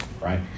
right